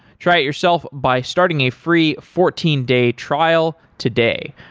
try it yourself by starting a free fourteen day trial today.